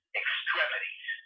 extremities